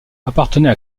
appartenait